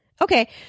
Okay